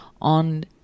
on